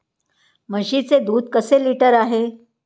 म्हशीचे दूध कसे लिटर आहे?